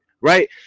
right